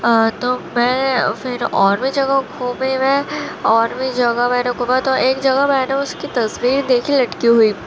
تو میں پھر اور بھی جگہ گھومی میں اور بھی جگہ میں نے گھوما تو ایک جگہ میں نے اس کی تصویر دیکھی لٹکی ہوئی